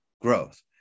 growth